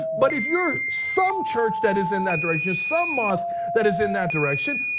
but if you're some church that is in that direction, some mosque that is in that direction,